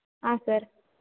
ಹಾಂ ಸರ್